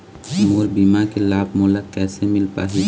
मोर बीमा के लाभ मोला कैसे मिल पाही?